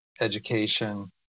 education